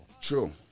True